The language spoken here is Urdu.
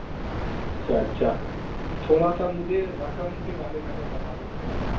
اچھا اچھا تھوڑا سا مجھے رقم کے بارے میں اگر بتا دیں تو بہت